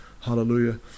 Hallelujah